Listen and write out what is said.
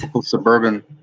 suburban